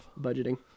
Budgeting